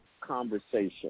conversation